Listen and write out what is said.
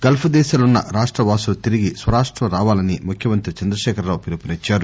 Gulf దేశాల్లో వున్న రాష్ట వాసులు తిరిగి స్వరాష్టం రావాలని ముఖ్యమంత్రి చంద్రశేఖర్ రావు పిలుపునిచ్ఛారు